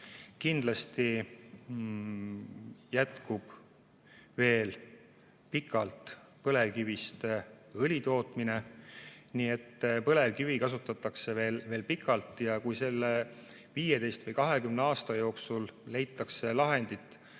Kindlasti jätkub veel pikalt põlevkivist õli tootmine. Nii et põlevkivi kasutatakse veel pikalt. Ja kui selle 15 või 20 aasta jooksul leitakse lahendid,